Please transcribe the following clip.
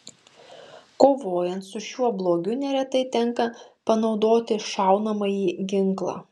kovojant su šiuo blogiu neretai tenka panaudoti šaunamąjį ginklą